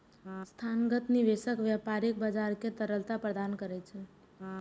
संस्थागत निवेशक व्यापारिक बाजार कें तरलता प्रदान करै छै